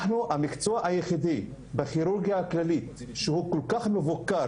אנחנו המקצוע היחיד בכירורגיה הכללית שהוא כל כך מבוקר.